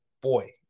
boy